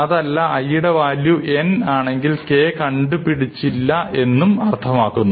അതല്ല i യുടെ value n ആണെങ്കിൽ k കണ്ടുപിടിച്ച ഇല്ല എന്നും അർത്ഥമാകുന്നു